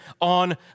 on